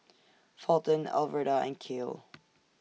Fulton Alverda and Kael